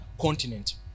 continent